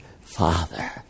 Father